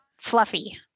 fluffy